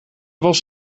was